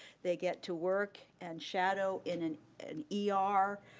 they get to work and shadow in an an e r,